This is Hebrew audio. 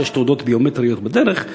כשתעודות ביומטריות בדרך,